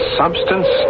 substance